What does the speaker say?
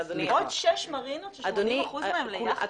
עוד שש מרינות ש-80 אחוזים מהן ליכטות?